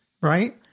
Right